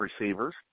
receivers